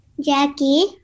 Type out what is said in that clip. Jackie